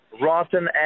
rotten